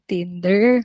Tinder